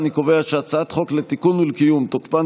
אני קובע שהצעת חוק לתיקון ולקיום תוקפן